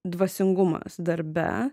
dvasingumas darbe